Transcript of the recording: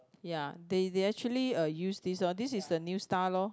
ya they they actually uh use this lor this is the new style lor